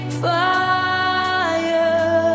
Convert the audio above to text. fire